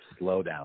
slowdown